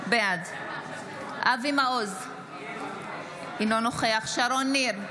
בעד אבי מעוז, אינו נוכח שרון ניר,